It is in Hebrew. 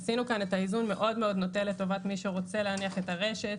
עשינו כאן את האיזון מאוד מאוד נוטה לטובת מי שרוצה להניח את הרשת.